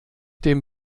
dem